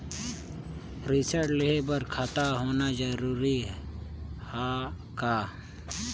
ऋण लेहे बर खाता होना जरूरी ह का?